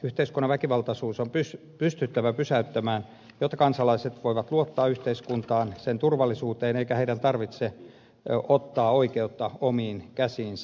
yhteiskunnan väkivaltaisuus on pystyttävä pysäyttämään jotta kansalaiset voivat luottaa yhteiskuntaan sen turvallisuuteen eikä heidän tarvitse ottaa oikeutta omiin käsiinsä